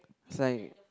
like